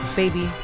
baby